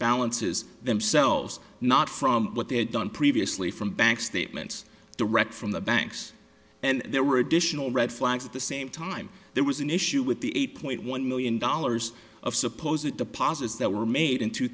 balances themselves not from what they had done previously from bank statements direct from the banks and there were additional red flags at the same time there was an issue with the eight point one million dollars of supposed that deposits that were made in two